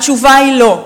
התשובה היא: לא.